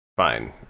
Fine